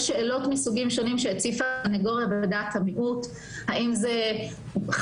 יש שאלות מסוגים שונים שהציפה הסנגוריה בדעת המיעוט: האם חזיתית